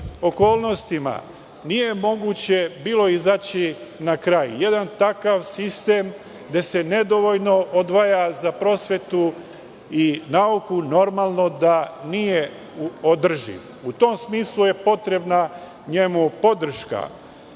okolnostima nije bilo moguće izaći na kraj. Jedan takav sistem, gde se nedovoljno odvaja za prosvetu i nauku, normalno da nije održiv. U tom smislu je njemu potrebna podrška.